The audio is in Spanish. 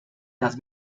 las